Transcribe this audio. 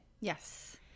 yes